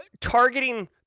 targeting